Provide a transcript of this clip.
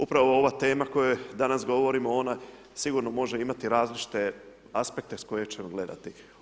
Upravo ova tema o kojoj danas govorimo ona sigurno može imati različite aspekte s koje ćemo gledati.